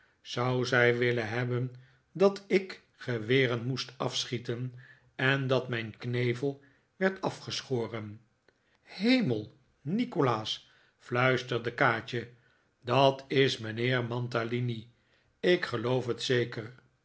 zou zij willen hebben dat ik geweren moest afschieten en dat mijn knevel werd afgeschoren hemel nikolaas fluisterde kaatje dat is mijnheer mantalini ik geloof het zeker